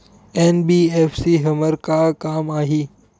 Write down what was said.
NBFC हमर का काम आही?